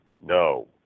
no